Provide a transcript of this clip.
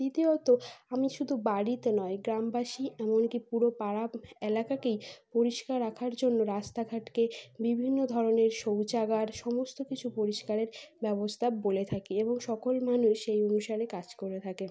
তৃ তীয়ত আমি শুধু বাড়িতে নয় গ্রামবাসী এমনকি পুরো পাড়া এলাকাকেই পরিষ্কার রাখার জন্য রাস্তাঘাটকে বিভিন্ন ধরনের শৌচাগার সমস্ত কিছু পরিষ্কারের ব্যবস্থা বলে থাকি এবং সকল মানুষ সেই অনুসারে কাজ করে থাকে